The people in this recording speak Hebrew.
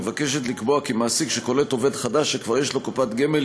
מבקשת לקבוע כי מעסיק שקולט עובד חדש שכבר יש לו קופת גמל,